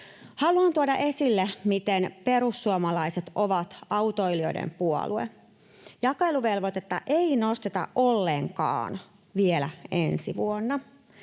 Haluan tuoda esille, miten perussuomalaiset ovat autoilijoiden puolue. Jakeluvelvoitetta ei nosteta ollenkaan vielä ensi vuonna.